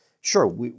sure